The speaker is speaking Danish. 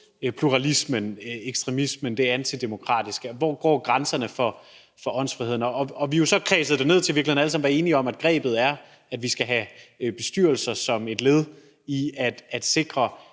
pluralismen – ekstremismen, det antidemokratiske – og hvor grænserne for åndsfriheden går. Og vi har jo så kredset det ind til i virkeligheden alle sammen at være enige om, at grebet er, at vi skal have bestyrelser som et led i at sikre